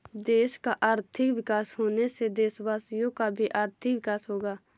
देश का आर्थिक विकास होने से देशवासियों का भी आर्थिक विकास होगा